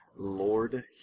Lord